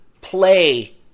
play